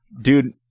Dude